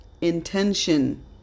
intention